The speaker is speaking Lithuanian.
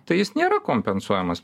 tai jis nėra kompensuojamas